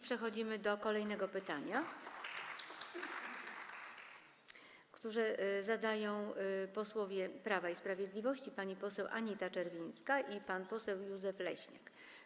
Przechodzimy do kolejnego pytania, które zadają posłowie Prawa i Sprawiedliwości pani poseł Anita Czerwińska i pan poseł Józef Leśniak.